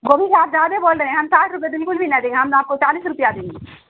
گوبھی کا آپ زیادہ بول رہے ہیں ہم ساٹھ روپے بالکل بھی نہ دیں ہم آپ کو چالیس روپیہ دیں گے